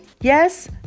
Yes